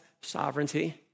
sovereignty